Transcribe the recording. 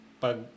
pag